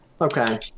okay